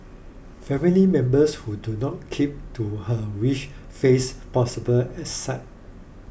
family members who do not keep to her wish face possible exile